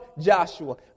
Joshua